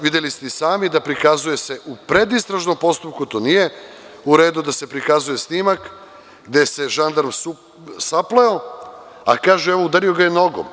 Videli ste i sami da se to prikazuje u predistražnom postupku, a nije u redu da se prikazuje snimak gde se žandar sapleo, a kaže – udario ga je nogom.